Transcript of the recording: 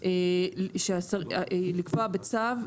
לקבוע בצו,